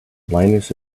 linus